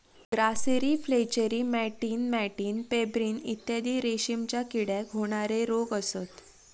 grasserie flacherie मॅटिन मॅटिन pebrine इत्यादी रेशीमच्या किड्याक होणारे रोग असत